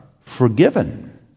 forgiven